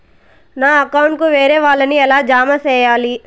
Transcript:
నా అకౌంట్ కు వేరే వాళ్ళ ని ఎలా జామ సేయాలి?